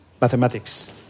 mathematics